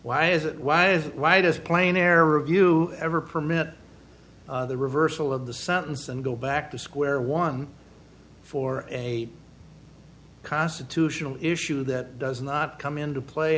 why is it why why this plane air review ever permit the reversal of the sentence and go back to square one for a constitutional issue that does not come into play